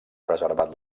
preservat